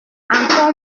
encore